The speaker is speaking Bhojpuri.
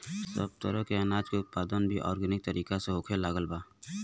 सब तरह के अनाज के उत्पादन भी आर्गेनिक तरीका से होखे लागल बा